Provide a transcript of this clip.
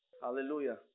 Hallelujah